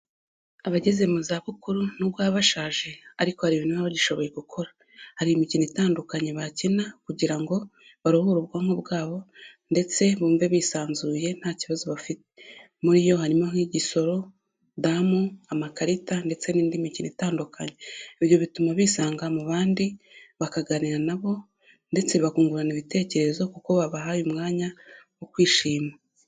Abageze mu zabukuru nubwo baba bashaje ariko hari ibintu baba bagishoboye gukora. Hari imikino itandukanye bakina kugira ngo baruhure ubwonko bwabo ndetse bumve bisanzuye nta kibazo bafite, muri iyo harimo nk'igisoro, damu, amakarita ndetse n'indi mikino itandukanye, ibyo bituma bisanga mu bandi bakaganira nabo ndetse bakungurana ibitekerezo kuko babahaye umwanya wo kwishima.